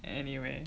it anyway